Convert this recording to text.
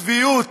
צביעות,